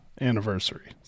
Anniversary